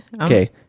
Okay